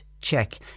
check